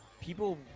people